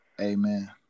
Amen